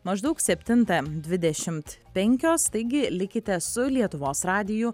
maždaug septintą dvidešimt penkios taigi likite su lietuvos radiju